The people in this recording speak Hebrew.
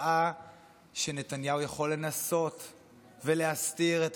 ראה שנתניהו יכול לנסות ולהסתיר את